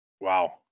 Wow